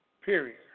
period